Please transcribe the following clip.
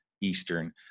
Eastern